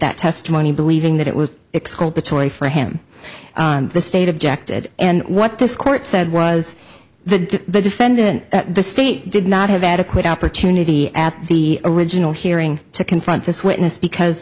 that testimony believing that it was exclude the choice for him the state objected and what this court said was the defendant the state did not have adequate opportunity at the original hearing to confront this witness because